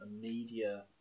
media